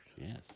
yes